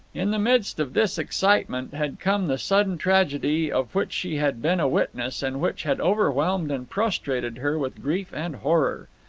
in the midst of this excitement had come the sudden tragedy of which she had been a witness, and which had overwhelmed and prostrated her with grief and horror.